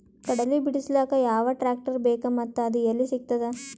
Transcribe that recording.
ಕಡಲಿ ಬಿಡಿಸಲಕ ಯಾವ ಟ್ರಾಕ್ಟರ್ ಬೇಕ ಮತ್ತ ಅದು ಯಲ್ಲಿ ಸಿಗತದ?